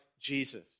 Jesus